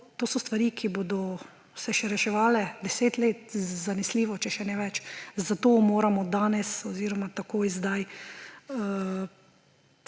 to so stvari, ki bodo se še reševale 10 let, zanesljivo, če še ne več. Zato se moramo danes oziroma takoj zdaj